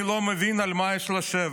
אני לא מבין על מה יש לשבת.